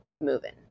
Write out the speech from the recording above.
moving